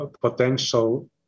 potential